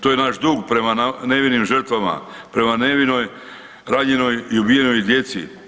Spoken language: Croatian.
To je naš dug prema nevinim žrtvama, prema nevinoj ranjenoj i ubijenoj djeci.